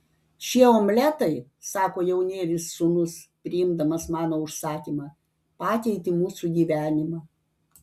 šie omletai sako jaunėlis sūnus priimdamas mano užsakymą pakeitė mūsų gyvenimą